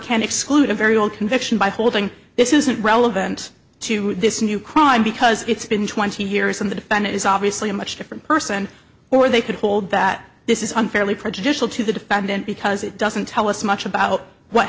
can exclude a very old conviction by holding this isn't relevant to this new crime because it's been twenty years and the defendant is obviously a much different person or they could hold that this is unfairly prejudicial to the defendant because it doesn't tell us much about what